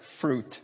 fruit